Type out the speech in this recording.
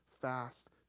fast